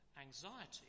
Anxiety